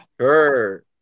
sure